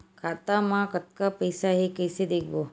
खाता मा कतका पईसा हे कइसे देखबो?